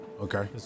Okay